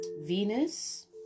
Venus